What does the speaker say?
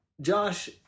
Josh